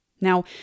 Now